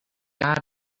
got